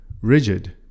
rigid